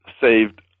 saved